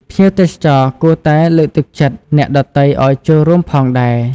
ភ្ញៀវទេសចរគួរតែលើកទឹកចិត្តអ្នកដទៃឱ្យចូលរួមផងដែរ។